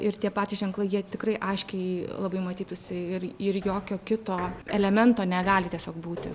ir tie patys ženklai jie tikrai aiškiai labai matytųsi ir ir jokio kito elemento negali tiesiog būti